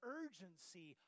urgency